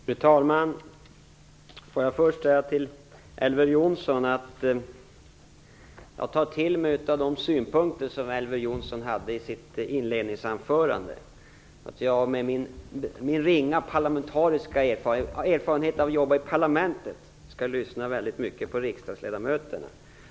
Fru talman! Jag vill först till Elver Jonsson säga att jag tar till mig av de synpunkter som Elver Jonsson framförde i sitt inledningsanförande. Jag skall, med den ringa erfarenhet som jag har av att arbeta i riksdagen, lyssna mycket på riksdagsledamöterna.